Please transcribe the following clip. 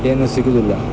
ಏನು ಸಿಗುದಿಲ್ಲ